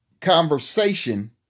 Conversation